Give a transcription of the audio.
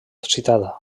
citada